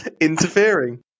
Interfering